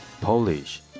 Polish